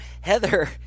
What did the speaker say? Heather